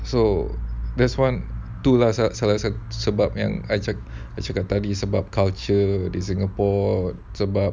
so there's one two salah satu sebab yang I cakap tadi sebab culture singapore